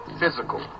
physical